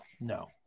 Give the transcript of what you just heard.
No